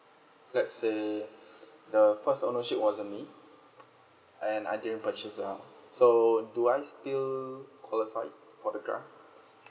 let's say the first ownership wasn't me and I didn't purchase ah so do I still qualified for the grant